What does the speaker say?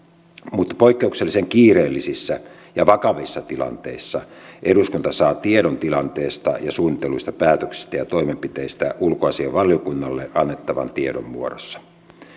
mutta poikkeuksellisen kiireellisissä ja vakavissa tilanteissa eduskunta saa tiedon tilanteesta ja suunnitelluista päätöksistä ja toimenpiteistä ulkoasiainvaliokunnalle annettavan tiedon muodossa